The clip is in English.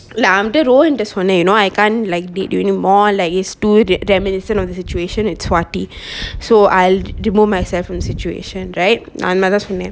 இல்ல அவன்ட:illa avanta rohin ட சொன்னன்:ta sonnan you know I can't like did you anymore like it stood reminiscent of the situation with swaty so I remove myself from situation right அந்த மாறி தான் சொன்னன்:antha mari thaan sonnan